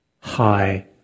High